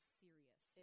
serious